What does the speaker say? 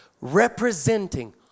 representing